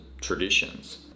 traditions